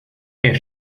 que